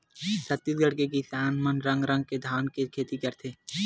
छत्तीसगढ़ के किसान मन रंग रंग के धान के खेती करथे